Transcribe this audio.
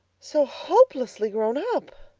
so hopelessly grown up.